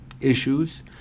issues